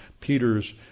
Peter's